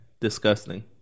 disgusting